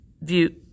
view